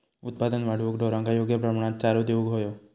उत्पादन वाढवूक ढोरांका योग्य प्रमाणात चारो देऊक व्हयो